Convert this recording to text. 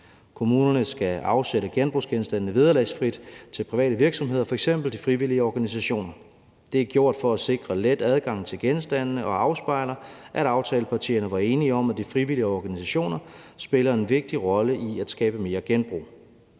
kommunerne skal afsætte genbrugsgenstandene vederlagsfrit til private virksomheder, f.eks. de frivillige organisationer. Det er gjort for at sikre let adgang til genstandene og afspejler, at aftalepartierne var enige om, at de frivillige organisationer spiller en vigtig rolle i at skabe mere genbrug.